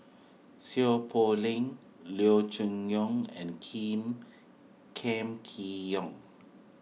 Seow Poh Leng Leo Choon Yong and Kiim Kam Kee Yong